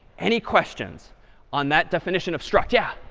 any questions on that definition of struct? yeah.